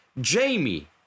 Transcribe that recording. Jamie